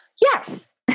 Yes